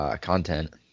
content